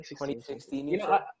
2016